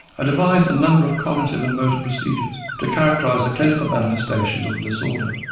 devised a number of cognitive and motor procedures to characterise the clinical manifestations of the disorder,